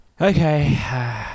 Okay